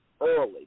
early